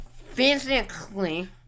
PHYSICALLY